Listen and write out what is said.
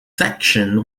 section